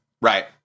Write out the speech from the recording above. right